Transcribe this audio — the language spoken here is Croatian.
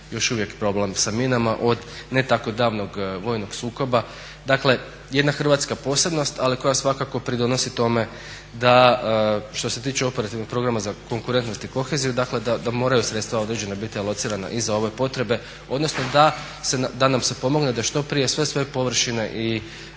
još uvijek problem sa minama od ne tako davnog vojnog sukoba. Dakle jedna Hrvatska posebnost ali koja svakako pridonosi tome da što se tiče operativnog programa za konkurentnost i koheziju dakle da moraju sredstva određena biti alocirana i za ove potrebe, odnosno da nam se pomogne da što prije sve svoje površine i